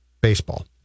baseball